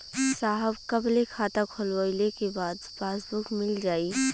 साहब कब ले खाता खोलवाइले के बाद पासबुक मिल जाई?